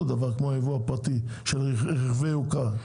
הדבר כמו הייבוא הפרטי של רכבי יוקרה.